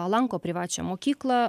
lanko privačią mokyklą